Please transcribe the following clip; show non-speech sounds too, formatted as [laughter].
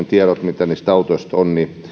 [unintelligible] tiedot mitä niistä autoista asiakkailla on varmasti